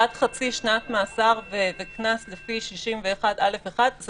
עד חצי שנת מאסר וקנס לפי 61(א)(1) זה